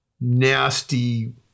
nasty